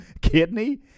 kidney